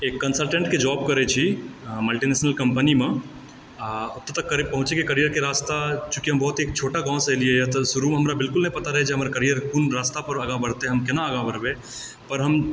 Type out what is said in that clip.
एक कंसलटेंट के जौब करै छी मल्टीनेशनल कम्पनी मे आ ओतय पहुँचय के कैरियर के रास्ता चूँकि हम बहुत एक छोटा गाँव सॅं एलिय हँ तऽ शुरू मे हमरा बिल्कुल नहि पता रहै की जे हमरा कैरियर कोन रास्ता पर आगाँ बढ़तै हम केना आगाँ बढ़बै पर हम